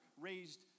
raised